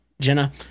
Jenna